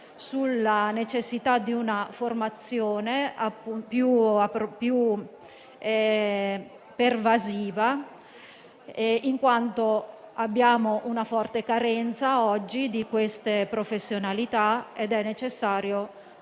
sulla necessità di una formazione più pervasiva, in quanto oggi abbiamo una forte carenza di queste professionalità ed è necessario